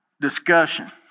discussion